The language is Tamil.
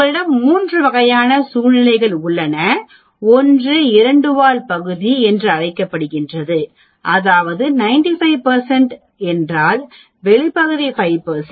உங்களிடம் 3 வகையான சூழ்நிலைகள் உள்ளன ஒன்று இரண்டு வால் பகுதி என்று அழைக்கப்படுகிறது அதாவது 95 என்றால் வெளி பகுதி 5